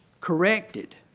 corrected